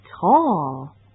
tall